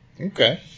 Okay